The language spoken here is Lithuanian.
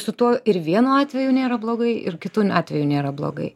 su tuo ir vienu atveju nėra blogai ir kitu atveju nėra blogai